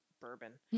bourbon